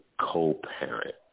co-parent